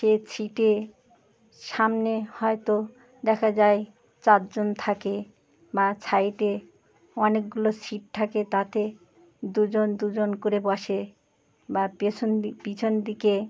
সে সিটে সামনে হয়তো দেখা যায় চারজন থাকে বা সাইডে অনেকগুলো সিট থাকে তাতে দুজন দুজন করে বসে বা পেছন দিকে পিছন দিকে